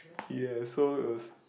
ye so it was